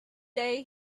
day